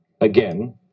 again